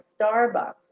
Starbucks